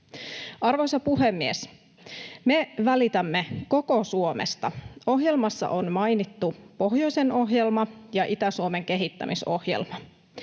Arvoisa puhemies! Me välitämme koko Suomesta. Ohjelmassa on mainittu pohjoisen ohjelma ja Itä-Suomen kehittämisohjelma,